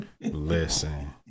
Listen